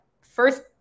first